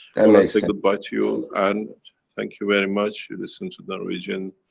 and i say good bye to you, and thank you very much, you listen to that region.